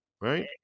Right